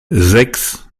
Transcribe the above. sechs